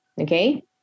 okay